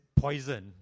poison